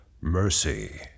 Mercy